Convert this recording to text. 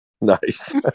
Nice